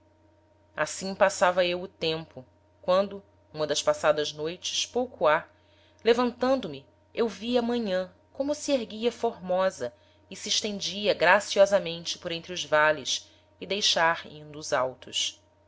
assim passava eu o tempo quando uma das passadas noites pouco ha levantando me eu vi a manhan como se erguia formosa e se estendia graciosamente por entre os vales e deixar indo os altos